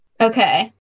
Okay